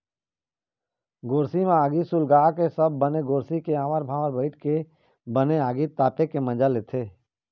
गोरसी म बने आगी सुलगाके सब बने गोरसी के आवर भावर बइठ के बने आगी तापे के मजा ल लेथे